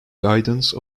guidance